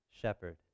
Shepherd